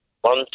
One